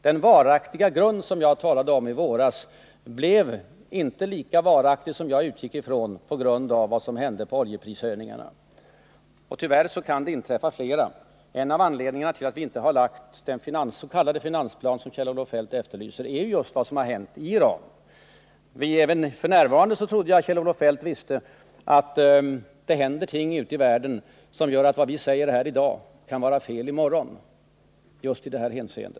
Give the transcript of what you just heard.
Den ”varaktiga grund” som jag talade om i våras blev inte lika varaktig som jag utgick ifrån, på grund av vad som hände med oljeprishöjningarna. Och tyvärr kan det inträffa fler sådana. En av anledningarna till att vi inte lagt fram den s.k. finansplan som Kjell-Olof Feldt efterlyser är just vad som hänt i Iran. Jag trodde att Kjell-Olof Feldt visste att det just nu händer ting ute i världen som gör att vad vi säger här i dag kan vara fel i morgon just i detta hänseende.